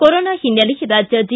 corona ಹಿನ್ನೆಲೆ ರಾಜ್ಯ G